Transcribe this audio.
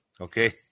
Okay